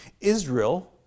Israel